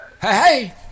hey